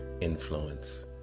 Influence